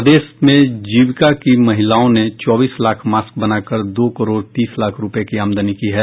प्रदेश में जीविका की महिलाओं ने चौबीस लाख मास्क बनाकर दो करोड़ तीस लाख रूपये की आमदनी की है